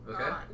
Okay